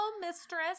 mistress